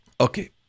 Okay